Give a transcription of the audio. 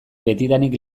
betidanik